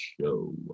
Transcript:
show